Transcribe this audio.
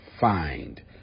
find